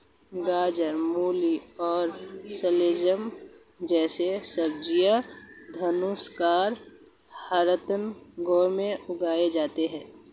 गाजर, मूली और शलजम जैसी सब्जियां धनुषाकार हरित गृह में उगाई जाती हैं